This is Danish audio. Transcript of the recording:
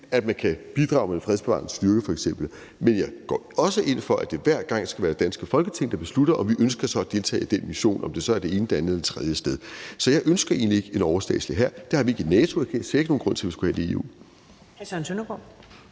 for at bidrage med en fredsbevarende styrke. Men jeg går også ind for, at det hver gang skal være det danske Folketing, der beslutter, om vi ønsker at deltage i den mission – om det så er det ene, det andet eller det tredje sted. Så jeg ønsker egentlig ikke en overstatslig hær. Det har vi ikke i NATO, og jeg ser ikke nogen grund til, at vi skulle have det i EU.